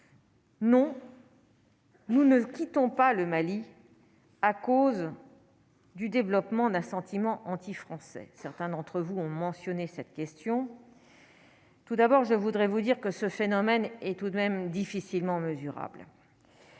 Nous ne quittons pas le Mali à cause. Du développement d'un sentiment anti-français, certains d'entre vous ont mentionné cette question tout d'abord je voudrais vous dire que ce phénomène est tout de même difficilement mesurable.